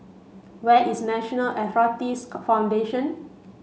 where is National Arthritis Foundation